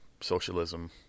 Socialism